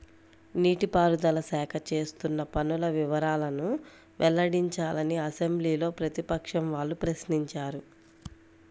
నీటి పారుదల శాఖ చేస్తున్న పనుల వివరాలను వెల్లడించాలని అసెంబ్లీలో ప్రతిపక్షం వాళ్ళు ప్రశ్నించారు